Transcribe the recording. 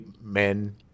men